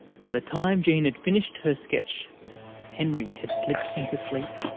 by the time jean had finished her sketch henry had slipped into sleep.